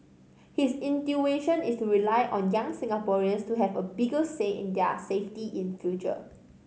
his intuition is to rely on young Singaporeans to have a bigger say in their safety in future